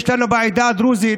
יש לנו בעדה הדרוזית